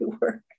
work